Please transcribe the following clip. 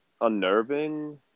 unnerving